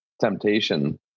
temptation